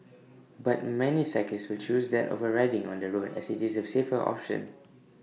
but many cyclists still choose that over riding on the road as IT is the safer option